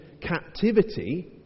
captivity